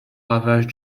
ravages